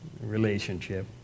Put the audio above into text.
relationship